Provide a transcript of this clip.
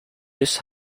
this